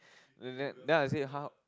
what is that then I said how